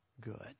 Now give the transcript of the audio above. good